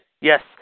Yes